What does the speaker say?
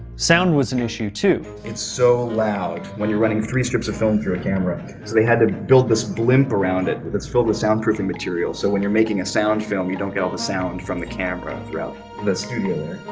sound was an issue, too. it's so loud when you're running three strips of film through a camera, so they had to build this blimp around it. it's filled with soundproofing material so when you're making a sound film you don't get all the sound from the camera throughout the studio